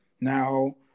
now